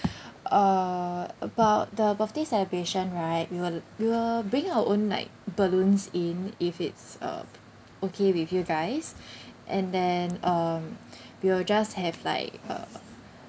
uh about the birthday celebration right we will we will bring our own like balloons in if it's uh okay with you guys and then um we will just have like uh